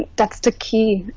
that's the key